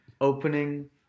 opening